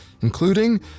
including